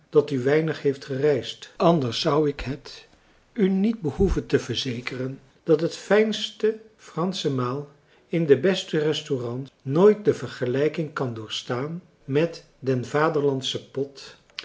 dat u weinig heeft gereisd anders zou ik het u niet behoeven te verzekeren dat het fijnste fransche maal in den besten restaurant nooit de vergelijking kan doorstaan met den vaderlandschen pot